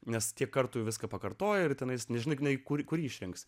nes tiek kartų viską pakartoja ir tonais nežinai kur kurį išrinks